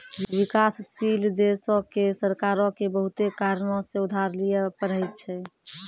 विकासशील देशो के सरकारो के बहुते कारणो से उधार लिये पढ़ै छै